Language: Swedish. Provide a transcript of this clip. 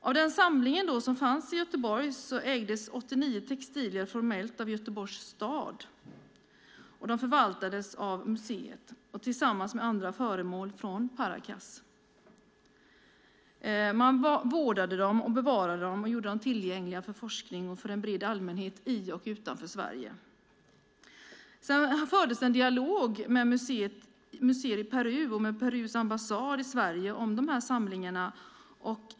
Av den samling som fanns i Göteborg ägdes 89 textilier formellt av Göteborgs stad. De förvaltades av museet tillsammans med andra föremål från Paracas. Man vårdade dem, bevarade dem och gjorde dem tillgängliga för forskning och för en bred allmänhet i och utanför Sverige. Det fördes en dialog med museer i Peru och med Perus ambassad i Sverige om samlingarna.